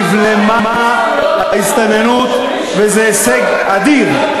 נבלמה ההסתננות, וזה הישג אדיר.